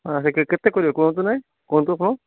ଆ ସେ କେତେ କରିବ କୁହନ୍ତୁ ନାଇଁ କୁହନ୍ତୁ ଆପଣ